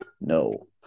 No